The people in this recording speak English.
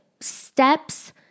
steps